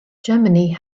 germany